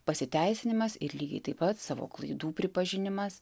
pasiteisinimas ir lygiai taip pat savo klaidų pripažinimas